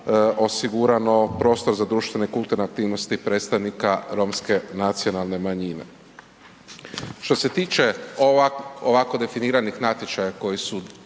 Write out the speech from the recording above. osigurano, prostor za društvene, kulturne aktivnosti predstavnika Romske nacionalne manjine. Što se tiče ovako definiranih natječaja koji su